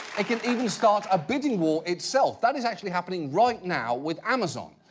it can even start a bidding war itself. that is actually happening right now, with amazon.